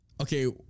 Okay